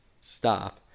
Stop